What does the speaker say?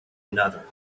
another